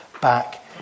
back